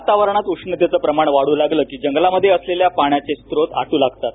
वातावरणात उष्णतेचे प्रमाण वाढू लागले की जंगलांमध्ये असलेल्या पाण्याचे स्रोत आट्र लागतात